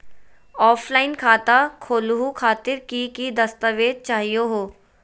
Offline खाता खोलहु खातिर की की दस्तावेज चाहीयो हो?